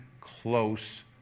close